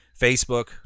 Facebook